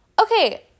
okay